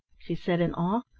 she said in awe.